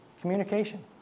Communication